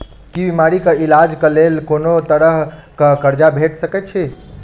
की बीमारी कऽ इलाज कऽ लेल कोनो तरह कऽ कर्जा भेट सकय छई?